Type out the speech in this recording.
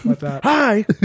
hi